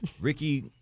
Ricky